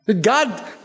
God